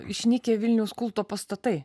išnykę vilniaus kulto pastatai